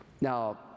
Now